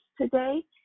today